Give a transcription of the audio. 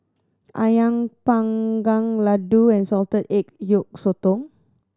Ayam Panggang laddu and salted egg yolk sotong